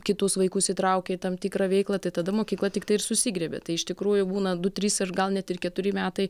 kitus vaikus įtraukia į tam tikrą veiklą tai tada mokykla tiktai ir susigriebia tai iš tikrųjų būna du trys ir gal net ir keturi metai